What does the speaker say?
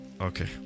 Okay